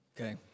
Okay